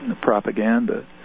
propaganda